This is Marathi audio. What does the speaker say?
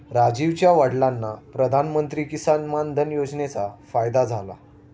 राजीवच्या वडिलांना प्रधानमंत्री किसान मान धन योजनेचा फायदा झाला